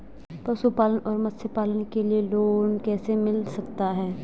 पशुपालन और मत्स्य पालन के लिए लोन कैसे मिल सकता है?